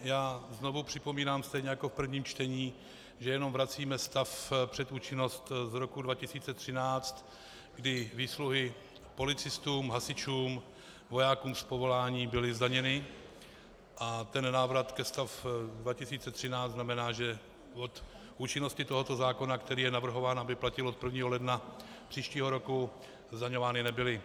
Já znovu připomínám stejně jako v prvním čtení, že jenom vracíme stav před účinnost z roku 2013, kdy výsluhy policistům, hasičům, vojákům z povolání byly zdaněny, a ten návrat před stav 2013 znamená, že od účinnosti tohoto zákona, který je navrhován, aby platil od 1. ledna příštího roku, by zdaňovány nebyly.